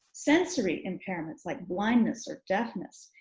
sensory impairments, like blindness or deafness,